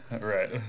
Right